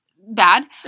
bad